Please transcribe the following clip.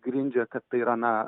grindžia kad tai yra na